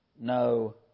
no